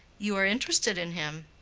you are interested in him?